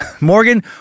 Morgan